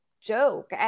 joke